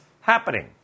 happening